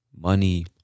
Money